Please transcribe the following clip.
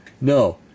no